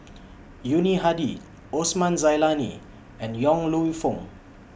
Yuni Hadi Osman Zailani and Yong Lew Foong